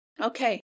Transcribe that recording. Okay